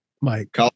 Mike